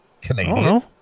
Canadian